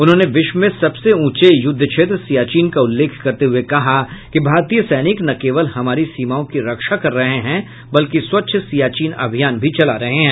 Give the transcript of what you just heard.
उन्होंने विश्व में सबसे ऊंचे युद्ध क्षेत्र सियाचिन का उल्लेख करते हुए कहा कि भारतीय सैनिक न केवल हमारी सीमाओं की रक्षा कर रहे हैं बल्कि स्वच्छ सियाचिन अभियान भी चला रहे हैं